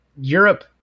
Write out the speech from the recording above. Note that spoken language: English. Europe